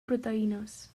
proteïnes